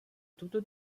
tuto